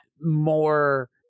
more